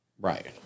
Right